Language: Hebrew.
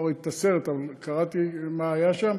לא ראיתי את הסרט אבל קראתי מה שהיה שם,